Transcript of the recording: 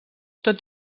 tot